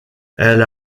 elle